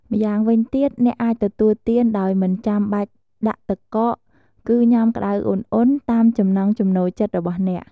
ម្យ៉ាងវិញទៀត អ្នកអាចទទួលទានដោយមិនបាច់ដាក់ទឹកកក គឺញ៉ាំក្តៅឧណ្ហៗតាមចំណង់ចំណូលចិត្តរបស់អ្នក។